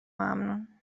ممنون